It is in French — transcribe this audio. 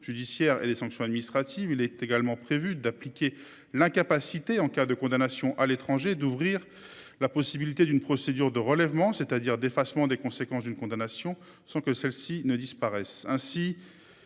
judiciaires et des sanctions administratives. Il est également prévu d'appliquer l'incapacité en cas de condamnation à l'étranger, d'ouvrir la possibilité d'une procédure de relèvement c'est-à-dire d'effacement des conséquences d'une condamnation sans que celles-ci ne disparaisse